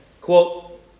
Quote